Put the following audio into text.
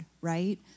right